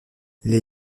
les